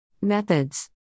Methods